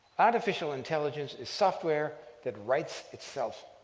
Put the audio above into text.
artificial intelligence is software that writes itself.